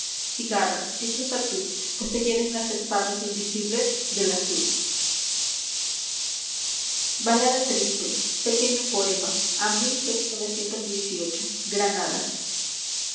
cigarra dichosa tú dues te hieren las espadas invisibles del azul p e